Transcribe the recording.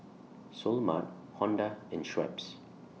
Seoul Mart Honda and Schweppes